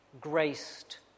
graced